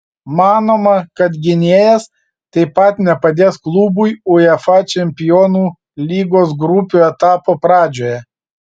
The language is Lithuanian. manoma kad gynėjas taip pat nepadės klubui uefa čempionų lygos grupių etapo pradžioje